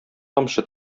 тамчы